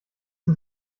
uns